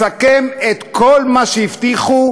מסכם את כל מה שהבטיחו,